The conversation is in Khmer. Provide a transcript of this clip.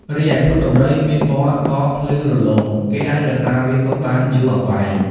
រីឯ ភ្លុកដំរីមានពណ៌សភ្លឺរលោង គេអាចរក្សាវាទុកបានយូរអង្វែង។